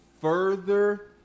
further